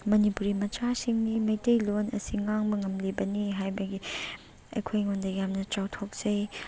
ꯃꯅꯤꯄꯨꯔꯤ ꯃꯆꯥꯁꯤꯡꯅꯤ ꯃꯩꯇꯩꯂꯣꯟ ꯑꯁꯤ ꯉꯥꯡꯕ ꯉꯝꯂꯤꯕꯅꯤ ꯍꯥꯏꯕꯒꯤ ꯑꯩꯈꯣꯏꯉꯣꯟꯗ ꯌꯥꯝꯅ ꯆꯥꯎꯊꯣꯛꯆꯩ